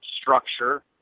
structure